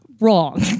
wrong